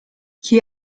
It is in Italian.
chi